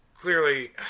clearly